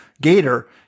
Gator